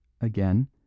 again